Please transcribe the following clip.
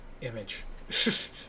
image